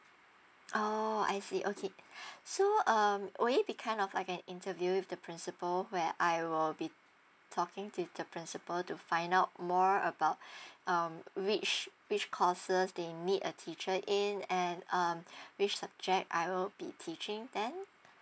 orh I see okay so um would it be kind of like an interview with the principal where I will be talking to the principal to find out more about um which which courses they need a teacher in and um which subject I'll be teaching then